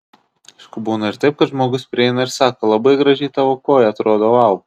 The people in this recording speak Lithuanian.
aišku būna ir taip kad žmogus prieina ir sako labai gražiai tavo koja atrodo vau